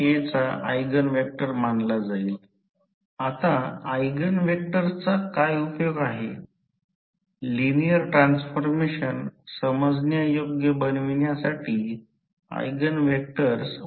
सर्व वेळ भार स्थिर नाही जेव्हा विद्युत् प्रवाह स्थिर नसतो तेव्हा तांब्याचा लॉस बदलण्यायोग्य लॉस होय